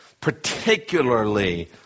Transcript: particularly